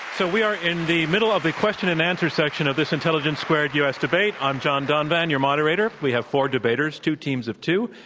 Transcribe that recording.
so we are in the middle of a question and answer section of this intelligence squared u. s. debate. i'm john donvan, and your moderator. we have four debaters, two teams of two.